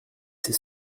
ses